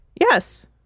Yes